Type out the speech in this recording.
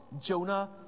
Jonah